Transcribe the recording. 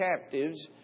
captives